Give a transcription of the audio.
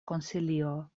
konsilio